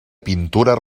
pintures